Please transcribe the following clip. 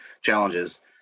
challenges